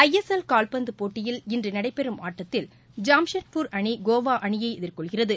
ஐ S L கால்பந்து போட்டியில் இன்று நடைபெறும் ஆட்டத்தில் ஜாம்ஷெட்பூர் அணி கோவா அணியை எதிர்கொள்கிறது